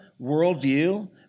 worldview